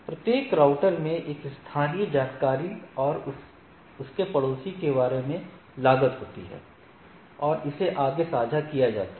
प्रत्येक राउटर में एक स्थानीय जानकारी और उसके पड़ोसी के बारे में लागत होती है और इसे आगे साझा किया जाता है